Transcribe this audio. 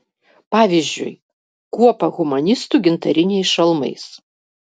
pavyzdžiui kuopą humanistų gintariniais šalmais